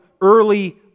early